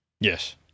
Yes